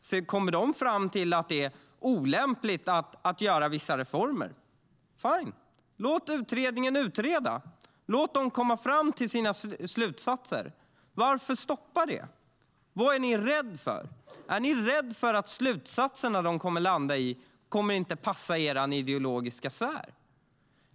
Kommer de fram till att det är olämpligt att göra vissa reformer är det fine. Låt utredningen utreda! Låt dem komma fram till sina slutsatser! Varför stoppa det? Vad är ni rädda för? Är ni rädda för att de slutsatser som de kommer att landa i inte kommer att passa i er ideologiska sfär?